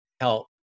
help